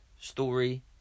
story